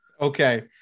Okay